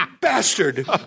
bastard